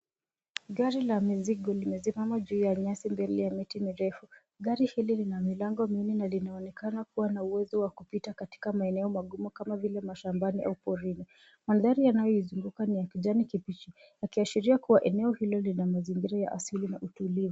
Gari la miigo limesimama juu ya nyasi mbele ya miti mirefu. Gari hili lina milango minne na linaonekana lina uwezo wa kupita katika maeneo magumu kama vile mashambani au porini. Mandhari yanayoizunguka ni ya kijani kichi yakiashiria kuwa eneo hili lina mazingira ya asili na utulivu.